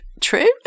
true